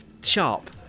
sharp